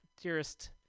dearest